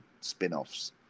spin-offs